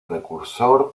precursor